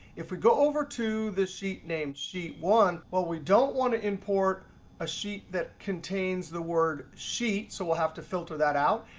if we go over to the sheet name, sheet one well, we don't want to import a sheet that contains the word sheet. so we'll have to filter that out.